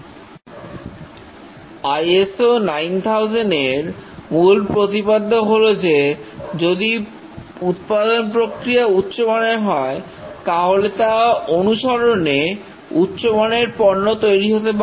ISO 9000 এর মূল প্রতিপাদ্য হলো যে যদি উৎপাদন প্রক্রিয়া উচ্চমানের হয় তাহলে তা অনুসরনে উচ্চমানের পণ্য তৈরি হতে বাধ্য